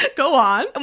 but go on. and